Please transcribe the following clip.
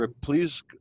Please